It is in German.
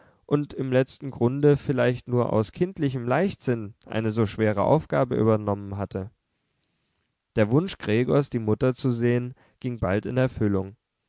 und im letzten grunde vielleicht nur aus kindlichem leichtsinn eine so schwere aufgabe übernommen hatte der wunsch gregors die mutter zu sehen ging bald in erfüllung